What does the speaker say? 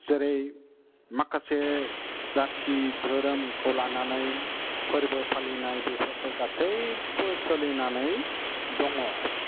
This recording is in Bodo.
जेरै माखासे जाथि धोरोमखौ लानानै फोरबो फालिनाय बेफोरबो गासैबो सोलिनानै दङ